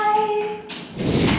Bye